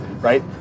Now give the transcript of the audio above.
right